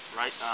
right